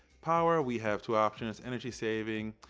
power, we have two options. energy saving,